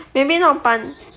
maybe not pan~